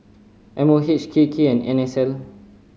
M O H K K and N S L